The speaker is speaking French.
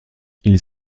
ils